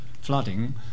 flooding